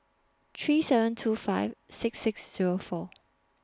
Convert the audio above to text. three seven two five six six Zero four